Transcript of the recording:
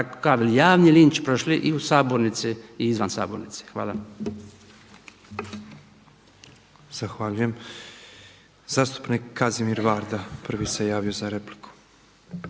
takav javni linč prošli i u Sabornici i izvan Sabornice. Hvala. **Petrov, Božo (MOST)** Zahvaljujem. Zastupnik Kazimir Varda prvi se javio za repliku.